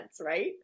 right